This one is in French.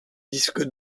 disque